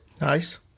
Nice